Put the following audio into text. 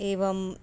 एवम्